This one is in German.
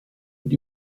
und